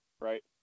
right